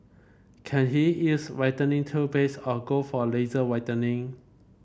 can he use whitening toothpaste or go for laser whitening